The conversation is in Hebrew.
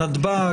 נתב"ג,